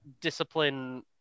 discipline